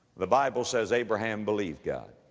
the bible said, abraham believed god.